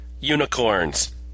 unicorns